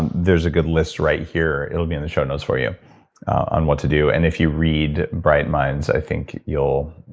there's a good list right here. it will be in the show notes for you on what to do. and if you read bright minds, i think you'll.